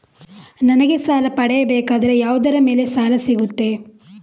ನನಗೆ ಸಾಲ ಪಡೆಯಬೇಕಾದರೆ ಯಾವುದರ ಮೇಲೆ ಸಾಲ ಸಿಗುತ್ತೆ?